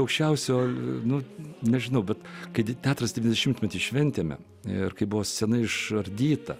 aukščiausio nu nežinau bet kad teatras dvidešimtmetį šventėme ir kai buvo scena išardyta